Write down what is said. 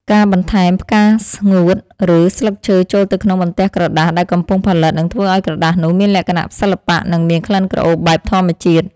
ការបន្ថែមផ្កាស្ងួត ឬ ស្លឹកឈើចូលទៅក្នុងបន្ទះក្រដាសដែលកំពុងផលិត នឹងធ្វើឱ្យក្រដាសនោះមានលក្ខណៈសិល្បៈ និង មានក្លិនក្រអូបបែបធម្មជាតិ។